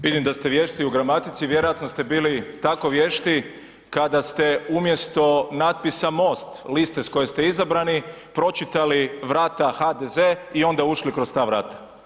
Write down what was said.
Vidim da ste vješti u gramatici, vjerojatno ste bili tako vješti kad ste umjesto natpisa Most, liste s koje ste izabrani, pročitali vrata HDZ i onda ušli kroz ta vrata.